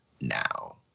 now